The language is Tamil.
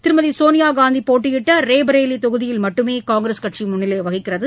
திருமதி சோனியாகாந்தி போட்டியிட்ட ரேபரேலி தொகுதியில் மட்டுமே காங்கிரஸ் கட்சி முன்னிலை வகிக்கிறது